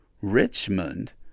Richmond